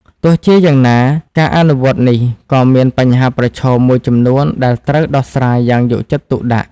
ទោះជាយ៉ាងណា ការអនុវត្តនេះក៏មាន បញ្ហាប្រឈម មួយចំនួនដែលត្រូវដោះស្រាយយ៉ាងយកចិត្តទុកដាក់។